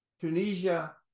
Tunisia